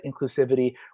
inclusivity